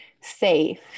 safe